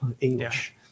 English